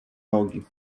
nogi